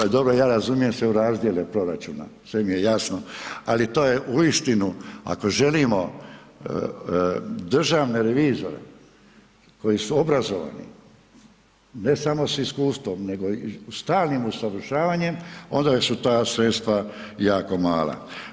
Ovaj dobro ja razumijem se u razdjele proračuna, sve mi je jasno, ali to je uistinu ako želimo državne revizore koji su obrazovani, ne samo s iskustvom nego stalnim usavršavanjem onda su ta sredstva jako mala.